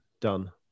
done